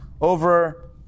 over